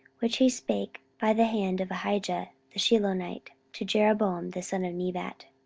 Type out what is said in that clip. which he spake by the hand of ahijah the shilonite to jeroboam the son of nebat.